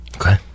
okay